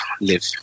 live